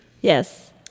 Yes